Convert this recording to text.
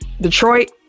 Detroit